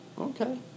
Okay